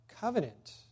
covenant